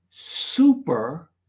super